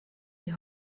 die